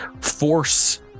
force